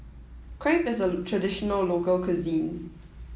crepe is a traditional local cuisine